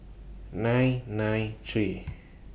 nine nine three